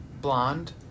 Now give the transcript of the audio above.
blonde